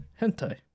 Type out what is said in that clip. hentai